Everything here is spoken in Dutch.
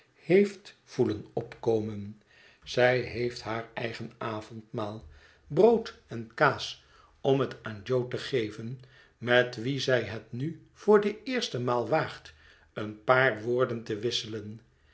heeft voelen opkomen zij heeft haar eigen avondmaal brood en kaas om het aan jo te geven met wien zij het nu voor de eerste maal waagt een paar woorden te wisselen